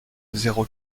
zéro